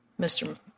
Mr